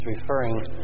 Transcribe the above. referring